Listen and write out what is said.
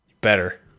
Better